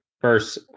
First